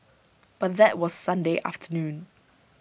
but that was Sunday afternoon